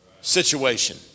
situation